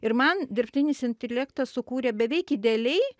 ir man dirbtinis intelektas sukūrė beveik idealiai